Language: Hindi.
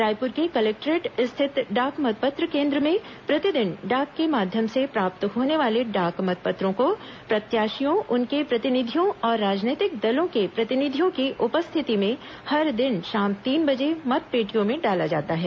रायपुर के कलेक्टोरेट स्थित डाक मतपत्र केन्द्र में प्रतिदिन डाक के माध्यम से प्राप्त होने वाले डाक मतपत्रों को प्रत्याशियों उनके प्रतिनिधियों और राजनैतिक दलों के प्रतिनिधियों की उपस्थिति में हर दिन शाम तीन बजे मतपेटियों में डाला जाता है